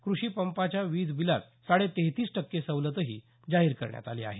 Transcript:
कृषी पंपाच्या वीज बिलात साडे तेहतीस टक्के सवलतही जाहीर करण्यात आली आहे